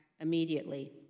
Immediately